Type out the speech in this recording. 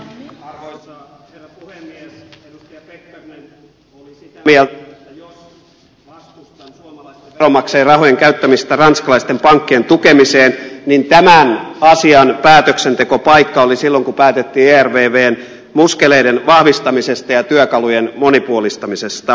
edustaja pekkarinen oli sitä mieltä että jos vastustaa suomalaisten veronmaksajien rahojen käyttämistä ranskalaisten pankkien tukemiseen niin tämän asian päätöksentekopaikka oli silloin kun päätettiin ervvn muskeleiden vahvistamisesta ja työkalujen monipuolistamisesta